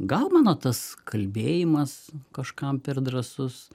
gal mano tas kalbėjimas kažkam per drąsus